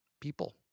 people